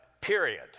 period